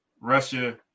Russia